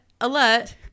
alert